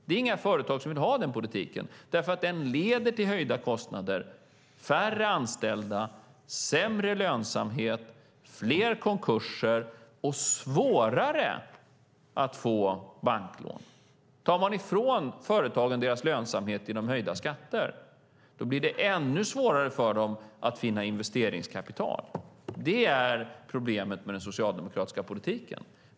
Det är inga företag som vill ha den politiken, för den leder till höjda kostnader, färre anställda, sämre lönsamhet, fler konkurser och svårare att få banklån. Tar man ifrån företagen deras lönsamhet genom höjda skatter blir det ännu svårare för dem att finna investeringskapital. Det är problemet med den socialdemokratiska politiken.